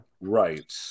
Right